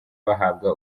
bahabwa